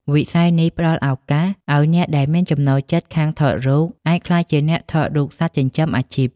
វិស័យនេះផ្ដល់ឱកាសឱ្យអ្នកដែលមានចំណូលចិត្តខាងថតរូប អាចក្លាយជាអ្នកថតរូបសត្វចិញ្ចឹម អាជីព។